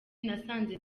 nasanze